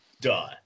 duh